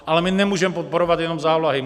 Ale my nemůžeme podporovat jenom závlahy.